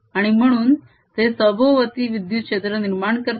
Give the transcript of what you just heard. आणि म्हणून ते सभोवती विद्युत क्षेत्र निर्माण करते